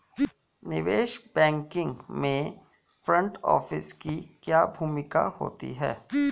निवेश बैंकिंग में front office की क्या भूमिका होती है?